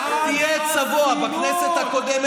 על חסינות,